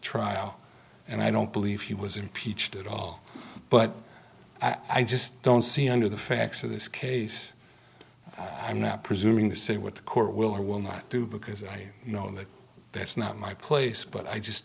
trial and i don't believe he was impeached at all but i just don't see under the facts of this case i'm not presuming to say what the court will or will not do because i know that that's not my place but i just